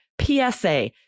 PSA